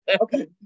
Okay